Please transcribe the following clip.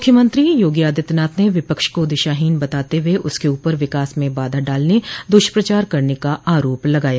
मुख्यमंत्री योगी आदित्यनाथ ने विपक्ष को दिशाहीन बताते हुए उसके ऊपर विकास में बाधा डालने दुष्प्रचार करने का आरोप लगाया